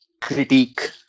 critique